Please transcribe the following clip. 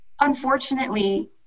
unfortunately